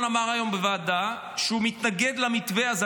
אמר היום בוועדה שהוא מתנגד למתווה הזה,